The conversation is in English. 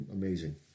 amazing